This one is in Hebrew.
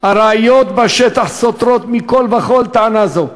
הראיות בשטח סותרות מכול וכול טענה זו,